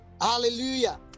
Hallelujah